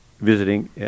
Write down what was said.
visiting